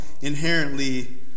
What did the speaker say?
inherently